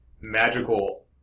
magical